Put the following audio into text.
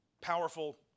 powerful